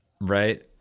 Right